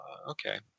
Okay